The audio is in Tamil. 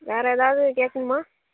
வேறு ஏதாவது கேட்கணுமா